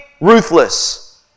ruthless